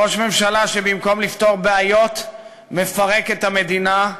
ראש ממשלה שבמקום לפתור בעיות מפרק את המדינה,